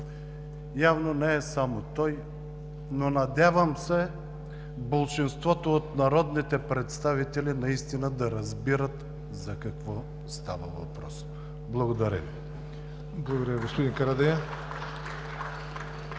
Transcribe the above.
явно не е само той. Надявам се болшинството от народните представители наистина да разбира за какво става въпрос. Благодаря Ви. (Ръкопляскания